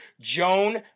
Joan